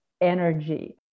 energy